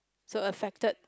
so affected